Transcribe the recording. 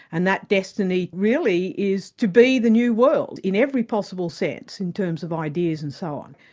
and that destiny really is to be the new world, in every possible sense in terms of ideas and so on.